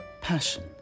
passion